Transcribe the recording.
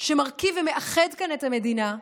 שמרכיב ומאחד כאן את המדינה,